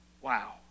Wow